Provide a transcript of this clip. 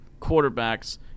quarterbacks